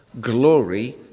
Glory